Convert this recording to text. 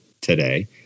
today